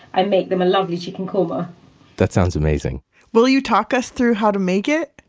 i make them a lovely chicken korma that sounds amazing will you talk us through how to make it?